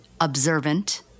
observant